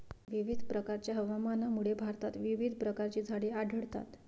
विविध प्रकारच्या हवामानामुळे भारतात विविध प्रकारची झाडे आढळतात